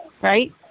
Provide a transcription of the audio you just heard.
right